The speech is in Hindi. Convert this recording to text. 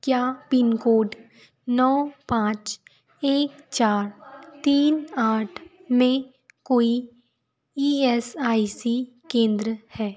क्या पिन कोड नौ पाँच एक चार तीन आठ में कोई ई एस आई सी केंद्र हैं